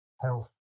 health